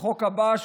החוק הבא,